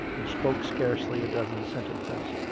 and spoke scarcely a dozen sentences.